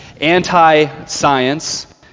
anti-science